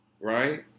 right